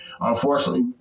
unfortunately